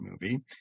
movie